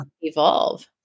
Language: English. evolve